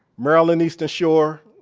northern eastern shore,